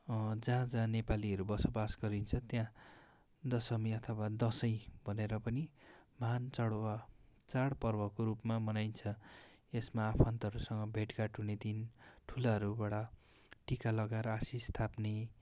जहाँ जहाँ नेपालीहरू बसोबास गरिन्छ त्यहाँ दशमी अथवा दसैँ भनेर पनि महान चाड वा चाडपर्वको रूपमा मनाइन्छ यसमा आफन्तहरूसँग भेटघाट हुने दिन ठुलाहरूबाट टिका लगाएर आशीष थाप्ने